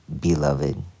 beloved